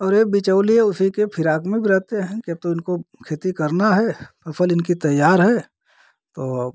और एक बिचौलिया उसी के फिराक में भी रहेते हैं या तो इनको खेती करना है फसल इनकी तैयार है तो